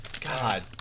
God